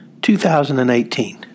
2018